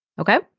okay